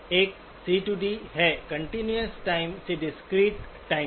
तो यह एक सी डी CD है कंटीन्यूअस टाइम से डिस्क्रीट टाइम